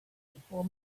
before